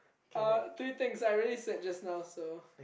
uh three things I already said just now so